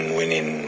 winning